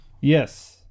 Yes